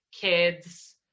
kids